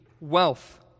wealth